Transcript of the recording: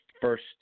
first